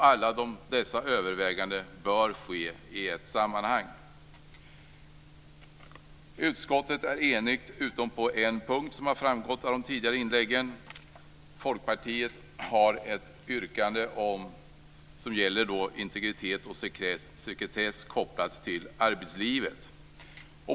Alla dessa överväganden bör ske i ett sammanhang. Utskottet är enigt utom på en punkt, vilket har framgått av de tidigare inläggen. Folkpartiet har ett yrkande som gäller integritet och sekretess kopplat till arbetslivet.